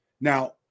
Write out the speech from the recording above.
Now